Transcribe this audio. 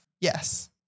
Yes